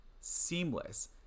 seamless